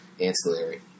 Ancillary